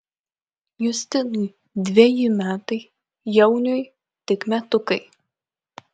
justinui dveji metai jauniui tik metukai